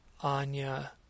Anya